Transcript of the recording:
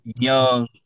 young